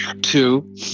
Two